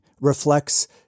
reflects